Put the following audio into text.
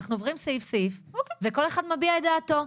אנחנו עוברים סעיף-סעיף וכל אחד מביע את דעתו.